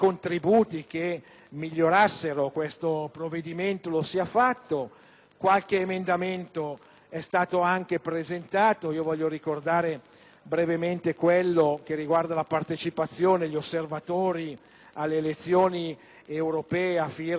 Qualche emendamento è stato anche presentato e io voglio ricordare, brevemente, quello riguardante la partecipazione degli osservatori alle elezioni europee a firma della nostra senatrice Rossana Boldi. Vedremo se esso troverà